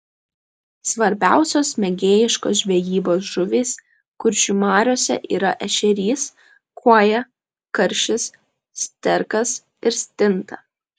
svarbiausios mėgėjiškos žvejybos žuvys kuršių mariose yra ešerys kuoja karšis sterkas ir stinta